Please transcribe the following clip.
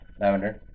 Lavender